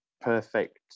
perfect